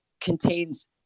contains